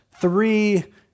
three